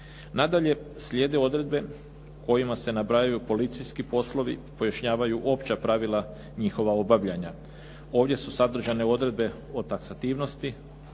Nadalje, slijede odredbe kojima se nabrajaju koalicijski poslovi, pojašnjavaju opća pravila njihova obavljanja. Ovdje su sadržane odredbe o taksativnosti,